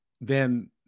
then-